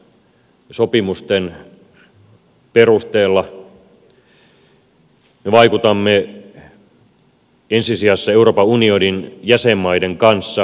me vaikutamme ensi sijassa euroopan unionin jäsenmaiden kanssa tilanteeseen